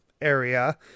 area